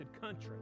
country